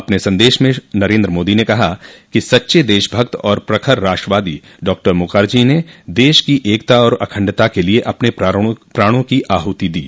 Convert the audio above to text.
अपने संदेश में नरेन्द्र मोदी ने कहा कि सच्चे देशभक्त और प्रखर राष्ट्रवादी डॉ मुखर्जी ने देश की एकता और अखंडता के लिए अपने प्राणों की आहुति दी